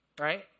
right